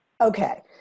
Okay